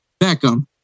Beckham